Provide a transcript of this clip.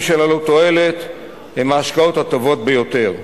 של עלות תועלת הן ההשקעות הטובות ביותר.